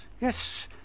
yes